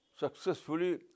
Successfully